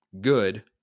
Good